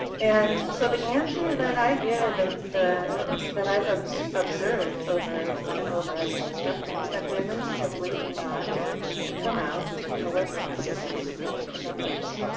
and so the answer that i give and that i've observed observed over and over as an instructor is that women simply do not come out to coed classes in significant numbers.